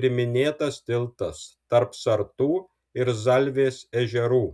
ir minėtas tiltas tarp sartų ir zalvės ežerų